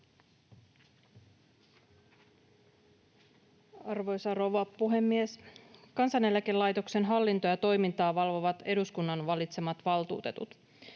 Arvoisa rouva puhemies! Kansaneläkelaitoksen hallintoa ja toimintaa valvovat eduskunnan valitsemat valtuutetut.